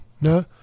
No